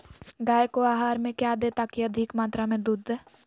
गाय को आहार में क्या दे ताकि अधिक मात्रा मे दूध दे?